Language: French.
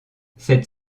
cette